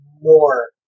more